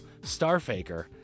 Starfaker